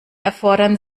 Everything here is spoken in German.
erfordern